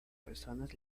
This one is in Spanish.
personas